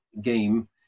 game